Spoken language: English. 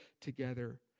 together